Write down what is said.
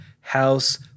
House